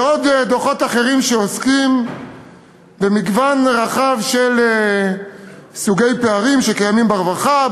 ועוד דוחות אחרים שעוסקים במגוון רחב של סוגי פערים שקיימים ברווחה,